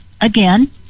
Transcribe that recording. again